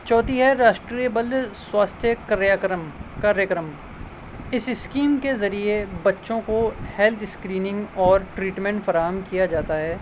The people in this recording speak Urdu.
چوتھی ہے راشٹریہ بل سواستھ کریا کرم کاریہ کرم اس اسکیم کے ذریعے بچوں کو ہیلتھ اسکریننگ اور ٹریٹمنٹ فراہم کیا جاتا ہے